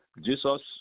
Jesus